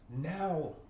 now